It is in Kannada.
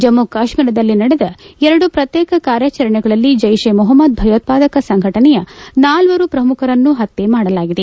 ಜಮ್ಮು ಕಾಶ್ಮೀರದಲ್ಲಿ ನಡೆದ ಎರಡು ಪ್ರತ್ಯೇಕ ಕಾರ್ಯಾಚರಣೆಗಳಲ್ಲಿ ಜೈಷೇ ಮೊಹಮ್ಮದ್ ಭಯೋತ್ಪಾದಕ ಸಂಘಟನೆಯ ನಾಲ್ವರು ಪ್ರಮುಖರನ್ನು ಹತ್ಯೆ ಮಾಡಲಾಗಿದೆ